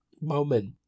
moment